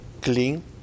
clean